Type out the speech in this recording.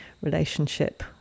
relationship